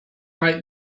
like